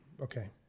Okay